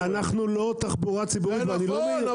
אנחנו לא תחבורה ציבורית --- זה נכון,